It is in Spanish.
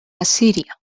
asiria